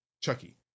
chucky